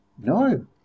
No